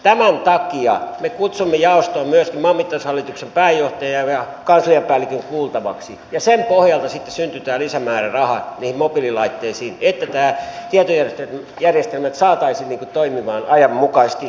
tämän takia me kutsuimme jaostoon myöskin maanmittaushallituksen pääjohtajan ja kansliapäällikön kuultavaksi ja sen pohjalta sitten syntyi tämä lisämääräraha niihin mobiililaitteisiin että nämä tietojärjestelmät saataisiin toimimaan ajanmukaisesti